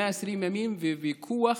רבותיי, 120 ימים ויכוח